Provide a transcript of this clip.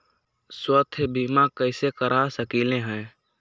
स्वाथ्य बीमा कैसे करा सकीले है?